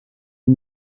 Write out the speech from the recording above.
die